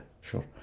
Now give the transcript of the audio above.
sure